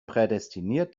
prädestiniert